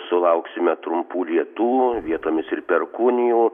sulauksime trumpų lietų vietomis ir perkūnijų